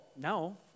No